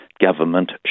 government